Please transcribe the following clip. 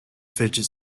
fidget